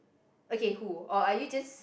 okay who or are you just